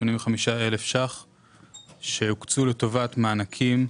ב-85,485,000 ₪ שהוקצו לטובת מענקים,